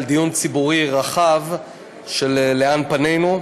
על דיון ציבורי רחב של לאן פנינו.